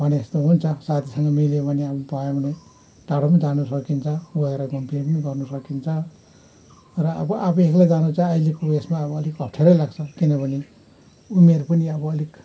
भने जस्तो हुन्छ साथीसँग मिल्यो भने अब भयो भने टाढो पनि जान सकिन्छ गएर घुमफिर पनि गर्न सकिन्छ र आअब आफू एक्लै जानु चाहिँ अहिलेको उयसमा अब अलिक अप्ठ्यारै लाग्छ किनभने उमेर पनि आअब अलिक